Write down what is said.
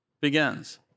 begins